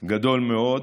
גדול מאוד.